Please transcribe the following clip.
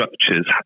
structures